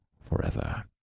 forever